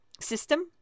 system